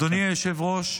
אדוני היושב-ראש,